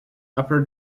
upper